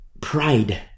pride